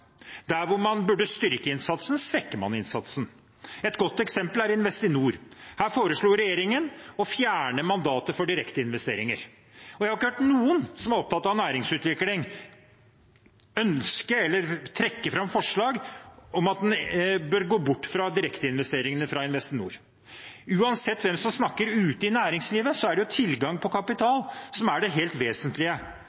Investinor. Her foreslo regjeringen å fjerne mandatet for direkteinvesteringer. Jeg har ikke hørt noen som er opptatt av næringsutvikling, ønske eller trekke fram forslag om at en bør gå bort fra direkteinvesteringene fra Investinor. Uansett hvem som snakker ute i næringslivet, er det jo tilgang på